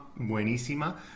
buenísima